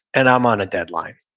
and i'm on a deadline,